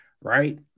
right